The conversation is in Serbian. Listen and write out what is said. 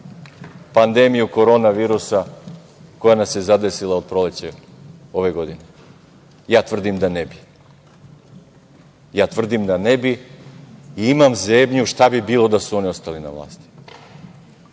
pandemiju korona virusa, koja nas je zadesila od proleća ove godine? Ja tvrdim da ne bi. Ja tvrdim da ne bi i imam zebnju šta bi bilo da su oni ostali na vlasti.